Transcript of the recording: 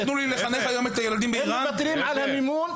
הם מוותרים על המימון.